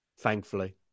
Thankfully